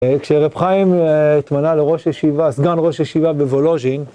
כשרב חיים התמנה לראש ישיבה, סגן ראש ישיבה בוולוג'ין.